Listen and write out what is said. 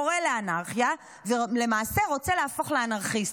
קורא לאנרכיה ולמעשה רוצה להפוך לאנרכיסט.